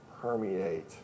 permeate